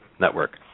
network